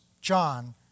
John